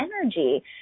energy